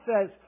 says